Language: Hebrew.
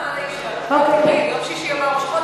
הוועדה לקידום מעמד האישה.